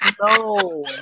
No